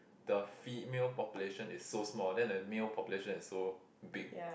the female population is so small then the male population is so big